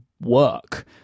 work